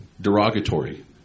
derogatory